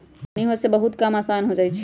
पानी होय से बहुते काम असान हो जाई छई